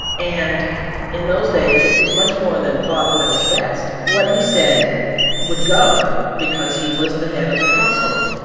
and in those days, it was much more than father knows best. what he said would go because he was the head of the household